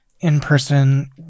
in-person